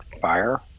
fire